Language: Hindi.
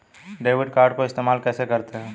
डेबिट कार्ड को इस्तेमाल कैसे करते हैं?